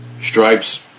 Stripes